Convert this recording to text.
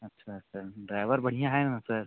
अच्छा sir driver बढ़िया है ना सर